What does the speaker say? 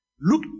Look